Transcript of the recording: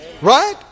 Right